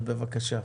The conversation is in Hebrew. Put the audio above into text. בבקשה.